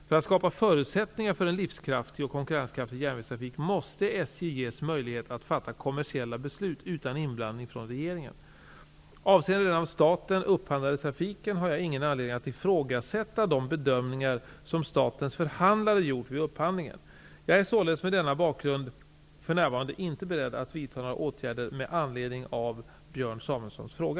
För att skapa förutsättningar för en livskraftig och konkurrenskraftig järnvägstrafik måste SJ ges möjlighet att fatta kommersiella beslut utan inblandning från regeringen. Avseende den av staten upphandlade trafiken har jag ingen anledning att ifrågasätta de bedömningar som statens förhandlare gjort vid upphandlingen. Jag är således med denna bakgrund för närvarande inte beredd att vidta några åtgärder med anledning av Björn Samuelsons fråga.